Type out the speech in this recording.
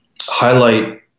highlight